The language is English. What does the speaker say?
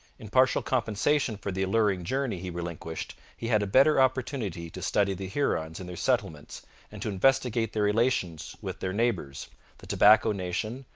in partial compensation for the alluring journey he relinquished, he had a better opportunity to study the hurons in their settlements and to investigate their relations with their neighbours the tobacco nation,